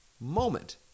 moment